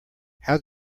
how